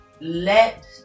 let